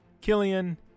Killian